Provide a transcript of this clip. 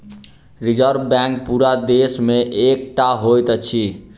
reserve Bank पूरा देश मे एकै टा होइत अछि